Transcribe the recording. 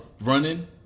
Running